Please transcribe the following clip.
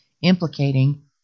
implicating